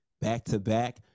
back-to-back